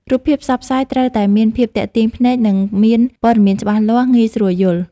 រូបភាពផ្សព្វផ្សាយត្រូវតែមានភាពទាក់ទាញភ្នែក និង មានព័ត៌មានច្បាស់លាស់ងាយស្រួលយល់។